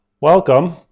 Welcome